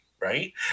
Right